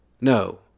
No